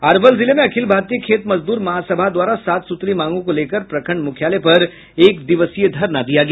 अरवल जिले में अखिल भारतीय खेत मजदूर महासभा द्वारा सात सूत्री मांगों को लेकर प्रखंड मुख्यालय पर एक दिवसीय धरना दिया गया